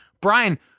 Brian